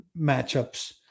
matchups